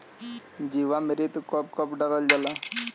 जीवामृत कब कब डालल जाला?